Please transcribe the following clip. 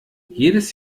jedes